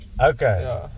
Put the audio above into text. Okay